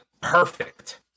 perfect